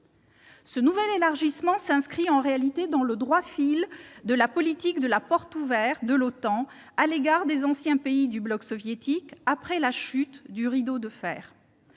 Ce nouvel élargissement s'inscrit réalité dans le droit fil de la politique de la « porte ouverte » de l'OTAN à l'égard des anciens pays du bloc soviétique, après la chute du rideau de fer.